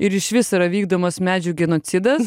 ir išvis yra vykdomas medžių genocidas